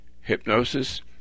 hypnosis